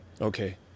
okay